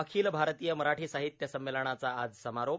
अखिल भारतीय मराठी साहित्य संमेलनाचा आज समारोप